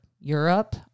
Europe